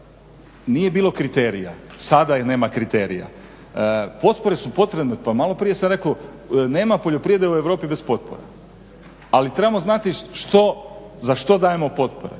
nije bilo kriterija, sada nema kriterija, potpore su potrebne. Pa malo prije sam rekao, nema poljoprivrede u Europi bez potpora. Ali trebamo znati za što dajemo potpore,